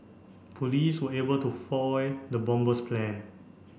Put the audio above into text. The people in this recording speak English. police were able to foil the bomber's plan